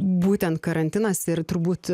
būtent karantinas ir turbūt